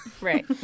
Right